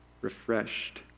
refreshed